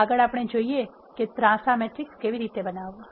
આગળ આપણે જોઈએ છીએ કે ત્રાંસા મેટ્રિક્સ કેવી રીતે બનાવવા